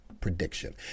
prediction